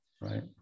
right